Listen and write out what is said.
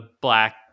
black